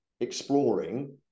exploring